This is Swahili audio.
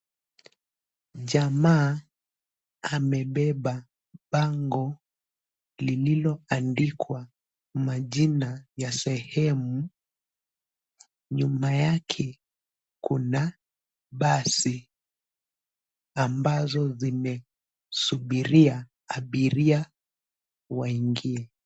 Jamaa amebeba bango lililoandikwa majina ya sehemu. Nyuma yake kuna basi ambazo zimesubiria abiria waingie.